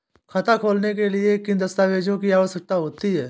खाता खोलने के लिए किन दस्तावेजों की आवश्यकता होती है?